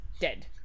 dead